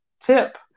tip